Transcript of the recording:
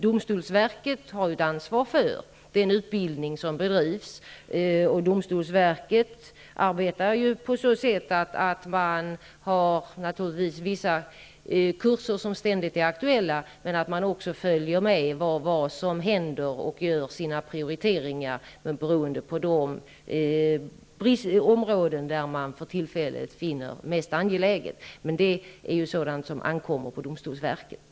Domstolsverket har ett ansvar för den utbildning som bedrivs, och man arbetar där på så sätt att man naturligtvis har vissa kurser som ständigt är aktuella, men man följer också med i vad som händer och gör sina prioriteringar på de områden som man för tillfället finner mest angelägna. Men detta är ju sådant som ankommer på domstolsverket.